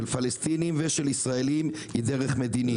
פלסטינים ושל ישראלים היא דרך מדינית.